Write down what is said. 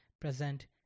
present